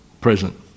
present